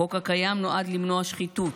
החוק הקיים נועד למנוע שחיתות.